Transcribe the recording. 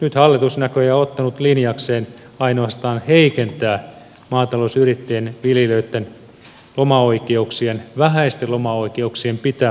nyt hallitus on näköjään ottanut linjakseen ainoastaan heikentää maatalousyrittäjien viljelijöitten lomaoikeuksien vähäisten lomaoikeuksien pitämistä